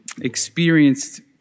experienced